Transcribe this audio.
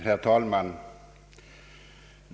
Herr talman!